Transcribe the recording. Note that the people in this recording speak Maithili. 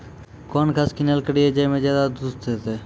कौन घास किनैल करिए ज मे ज्यादा दूध सेते?